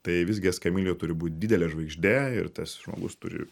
tai visgi eskamilijo turi būt didelė žvaigždė ir tas žmogus turi